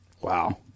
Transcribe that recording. Wow